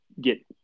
get